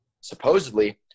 supposedly